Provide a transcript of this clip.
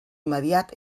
immediat